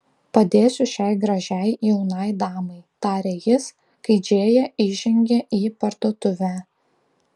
padėsiu šiai gražiai jaunai damai tarė jis kai džėja įžengė į parduotuvę